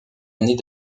année